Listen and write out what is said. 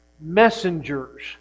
messengers